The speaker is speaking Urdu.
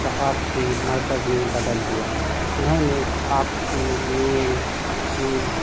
ثقافتی مرکز میں بدل دیا انہوں نے آپسی میل جول